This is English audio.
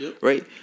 right